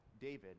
David